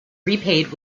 repaid